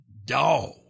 Dog